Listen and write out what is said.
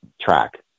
track